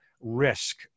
risk